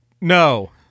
No